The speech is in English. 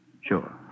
Sure